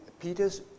Peter's